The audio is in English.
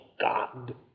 God